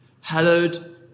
hallowed